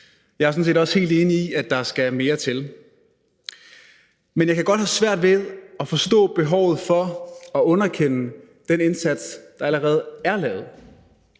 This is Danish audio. Jeg er sådan set også helt enig i, at der skal mere til. Men jeg kan godt have svært ved at forstå behovet for at underkende den indsats, der allerede er lavet.